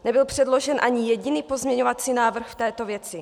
Nebyl předložen ani jediný pozměňovací návrh v této věci.